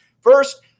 First